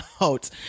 out